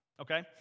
Okay